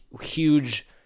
huge